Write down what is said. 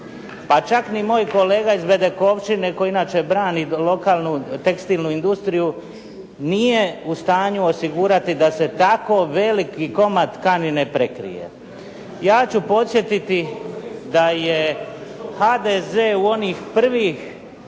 pa čak ni moj kolega iz Bedekovčine koji inače brani lokalnu tekstilnu industriju nije u stanju osigurati da se tako veliki komad tkanine prekrije. Ja ću podsjetiti da je HDZ u onih prvih